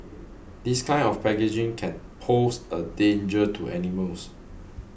this kind of packaging can pose a danger to animals